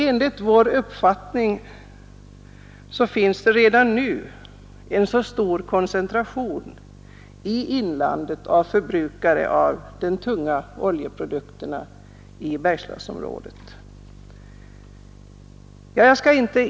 Enligt vår uppfattning finns redan nu den största Oljeoch driv koncentrationen av förbrukare av tunga oljeprodukter i inlandet i medelsför sörjningen Bergslagsområdet.